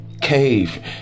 cave